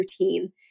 routine